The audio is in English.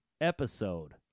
episode